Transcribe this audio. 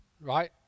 right